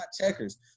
checkers